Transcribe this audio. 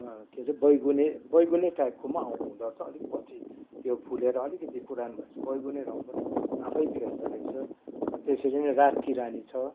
के अरे बैगुने बैगुने टाइपको पनि आउ हुँदोरहेछ अलिक पछि त्यो फुलेर अलिकति पुरानो भएपछि बैगुने रङ पनि आफै फेर्दोरहेछ त्यसरी नै रात की रानी छ